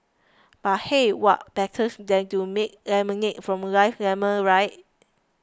but hey what betters than to make lemonade from life's lemons right